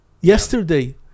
yesterday